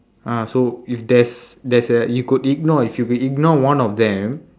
uh so if there's there's a you could ignore if you could ignore one of them